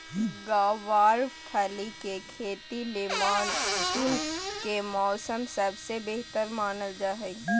गँवार फली के खेती ले मानसून के मौसम सबसे बेहतर मानल जा हय